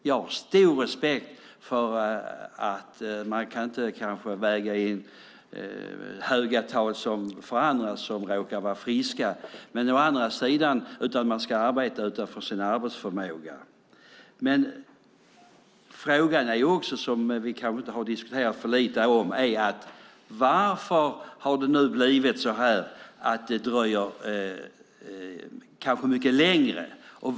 Jag har stor respekt för att man kanske inte kan väga in höga tal som för andra som råkar vara friska utan att man ska utgå från arbetsförmåga. En fråga som vi kanske har diskuterat för lite är varför det dröjer så länge.